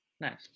Nice